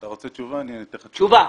אתה רוצה תשובה, אני אתן לך תשובה.